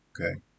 Okay